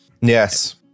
yes